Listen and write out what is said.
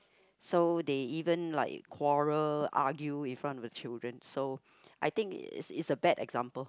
so they even like quarrel argue in front of the children so I think is is a bad example